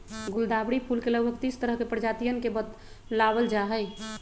गुलदावरी फूल के लगभग तीस तरह के प्रजातियन के बतलावल जाहई